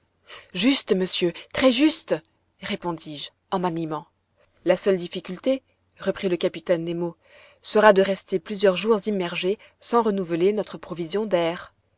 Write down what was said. juste monsieur très juste répondis-je en m'animant la seule difficulté reprit le capitaine nemo sera de rester plusieurs jours immergés sans renouveler notre provision d'air